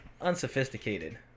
unsophisticated